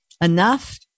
enough